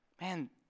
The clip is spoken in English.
Man